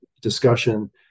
discussion